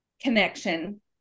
connection